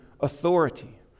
authority